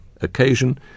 occasion